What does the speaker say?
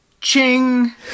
Ching